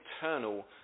eternal